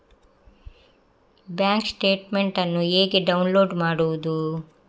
Bank statement ಅನ್ನು ಹೇಗೆ download ಮಾಡುವುದು?